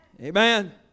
Amen